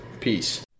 Peace